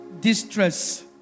distress